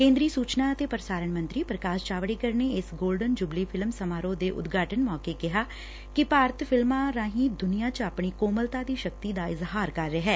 ਕੇਂਦਰੀ ਸੁਚਨਾ ਅਤੇ ਪ੍ਰਸਾਰਣ ਮੈਂਤਰੀ ਪ੍ਰਕਾਸ਼ ਜਾਵੜੇਕਰ ਨੇ ਇਸ ਗੋਲਡਨ ਜੁਬਲੀ ਫ਼ਿਲਮ ਸਮਾਰੋਹ ਦੇ ਉਦਘਾਟਨ ਮੌਕੇ ਕਿਹਾ ਕਿ ਭਾਰਤ ਫਿਲਮਾਂ ਰਾਹੀਂ ਦੁਨੀਆਂ ਚ ਆਪਣੀ ਕੌਮਲਤਾ ਦੀ ਸ਼ਕਤੀ ਦਾ ਇਜ਼ਹਾਰ ਕਰ ਰਿਹੈ